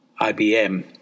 IBM